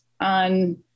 on